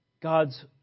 God's